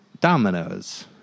dominoes